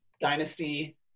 dynasty